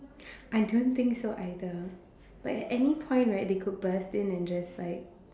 I don't think so either like at any point right they could burst in and just like